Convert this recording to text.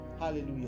hallelujah